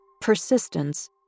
persistence